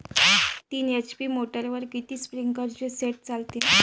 तीन एच.पी मोटरवर किती स्प्रिंकलरचे सेट चालतीन?